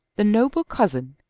the noble cousin,